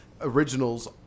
originals